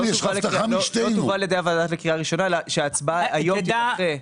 אנחנו מבקשים שההצבעה היום תידחה.